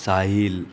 Sahil